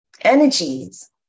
energies